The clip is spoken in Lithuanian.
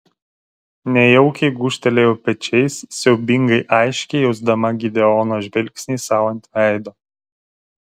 nejaukiai gūžtelėjau pečiais siaubingai aiškiai jausdama gideono žvilgsnį sau ant veido